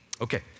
Okay